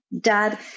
dad